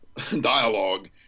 dialogue